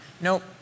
Nope